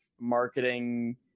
marketing